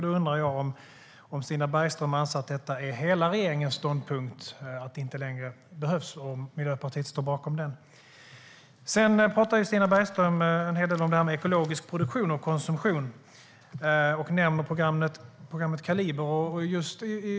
Då undrar jag om Stina Bergström anser att detta är hela regeringens ståndpunkt och om Miljöpartiet alltså står bakom den. Stina Bergström talade en hel del om ekologisk produktion och konsumtion och nämnde programmet Kaliber .